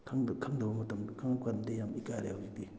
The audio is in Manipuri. ꯈꯪꯗ ꯈꯪꯗꯕ ꯃꯇꯝꯗ ꯈꯪꯉꯛꯄꯀꯥꯟꯗꯗꯤ ꯌꯥꯝꯅ ꯏꯀꯥꯏꯔꯛꯑꯦ ꯍꯧꯖꯤꯛꯇꯤ